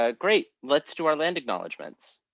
ah great, let's do our land acknowledgments.